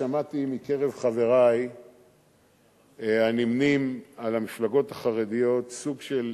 שמעתי מקרב חברי הנמנים עם המפלגות החרדיות סוג של